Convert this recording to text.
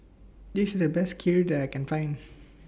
This The Best Kheer that I Can Find